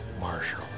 Marshall